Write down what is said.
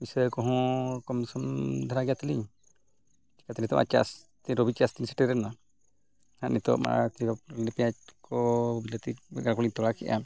ᱯᱚᱭᱥᱟ ᱠᱚᱦᱚᱸ ᱠᱚᱢᱥᱚᱢ ᱫᱷᱟᱨᱟ ᱜᱮ ᱛᱟᱹᱞᱤᱧ ᱪᱤᱠᱟᱹᱛᱮ ᱱᱤᱛᱚᱜᱼᱟ ᱪᱟᱥ ᱨᱚᱵᱤ ᱪᱟᱥ ᱫᱤᱱ ᱥᱮᱴᱮᱨᱮᱱᱟ ᱟᱨ ᱱᱤᱛᱚᱜᱢᱟ ᱯᱮᱸᱭᱟᱡᱽ ᱠᱚ ᱵᱤᱞᱟᱹᱛᱤ ᱵᱮᱜᱟᱲ ᱠᱚ ᱞᱤᱧ ᱛᱚᱞᱟ ᱠᱮᱜᱼᱟ